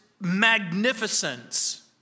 magnificence